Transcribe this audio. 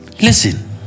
listen